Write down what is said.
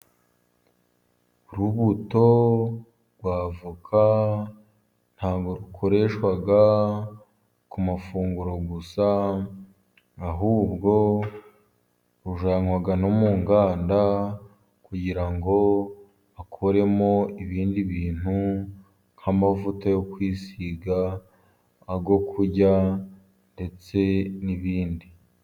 Urubuto rwa avoka ntabwo, rukoreshwa ku mafunguro gusa, ahubwo rujanywa no mu nganda kugira ngo akoremo ibindi bintu, nk'amavuta yo kwisiga, ayo kurya ndetse n'ibindi.